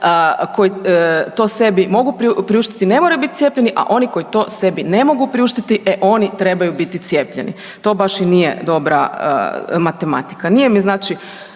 koji to sebi mogu priuštiti, ne moraju biti cijepljeni a oni koji to sebi ne mogu priuštiti, e oni trebaju biti cijepljeni. To baš i nije dobra matematika. Nije mi znači